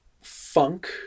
funk